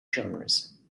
genres